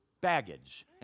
baggage